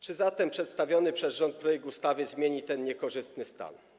Czy zatem przedstawiony przez rząd projekt ustawy zmieni ten niekorzystny stan?